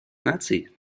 наций